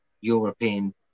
European